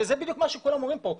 שזה בדיוק מה שכולם אומרים פה,